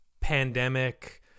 pandemic